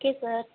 okay sir